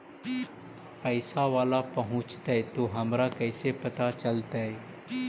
पैसा बाला पहूंचतै तौ हमरा कैसे पता चलतै?